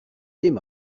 dim